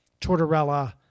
Tortorella